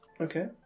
Okay